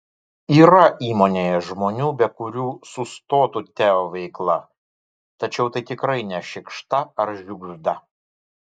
yra įmonėje žmonių be kurių sustotų teo veikla tačiau tai tikrai ne šikšta ar žiugžda